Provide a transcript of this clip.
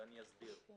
ואסביר.